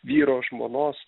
vyro žmonos